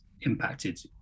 impacted